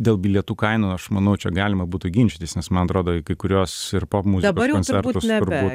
dėl bilietų kainų aš manau čia galima būtų ginčytis nes man atrodo į kai kuriuos ir pop muzikos koncertus turbūt